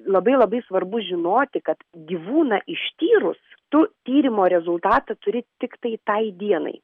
labai labai svarbu žinoti kad gyvūną ištyrus tu tyrimo rezultatą turi tiktai tai dienai